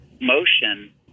motion